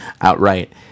outright